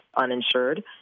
uninsured